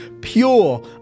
pure